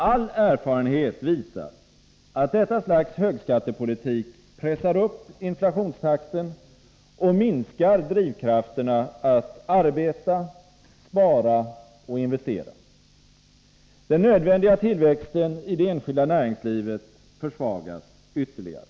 All erfarenhet visar att detta slags högskattepolitik pressar upp inflationstakten och minskar drivkrafterna att arbeta, spara och investera. Den nödvändiga tillväxten i det enskilda näringslivet försvagas ytterligare.